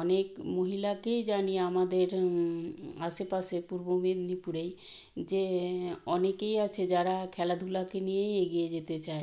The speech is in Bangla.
অনেক মহিলাকেই জানি আমাদের আশেপাশে পূর্ব মেদিনীপুরেই যে অনেকেই আছে যারা খেলাধুলাকে নিয়েই এগিয়ে যেতে চায়